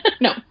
No